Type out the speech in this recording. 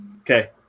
Okay